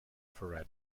for